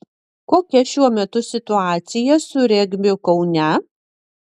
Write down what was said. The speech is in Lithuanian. kokia šiuo metu situacija su regbiu kaune